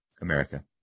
america